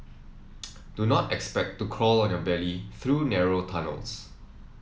do not expect to crawl on your belly through narrow tunnels